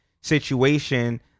situation